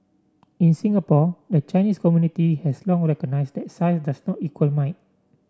in Singapore the Chinese community has long recognised that size does not equal might